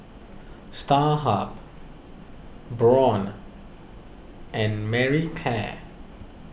Starhub Braun and Marie Claire